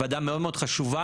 ועדה מאוד מאוד חשובה.